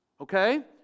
Okay